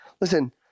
listen